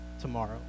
tomorrow